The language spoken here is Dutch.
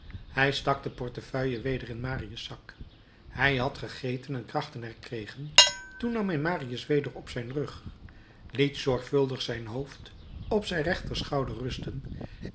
hij stak de portefeuille weder in marius zak hij had gegeten en krachten herkregen toen nam hij marius weder op zijn rug liet zorgvuldig zijn hoofd op zijn rechterschouder rusten